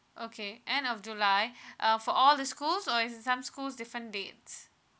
okay end of july uh for all the schools or is it some schools different dates